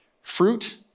fruit